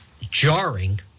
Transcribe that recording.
jarring